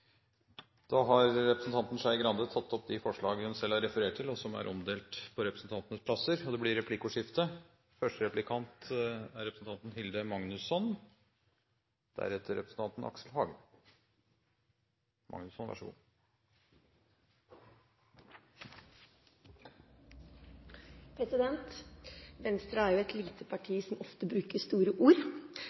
Da har representanten Trine Skei Grande tatt opp de forslag hun refererte til. Det blir replikkordskifte. Venstre er jo et lite parti som ofte bruker store ord,